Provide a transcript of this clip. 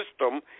system